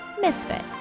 misfit